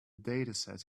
dataset